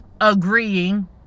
agreeing